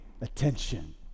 attention